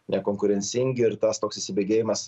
nekonkurencingi ir tas toks įsibėgėjimas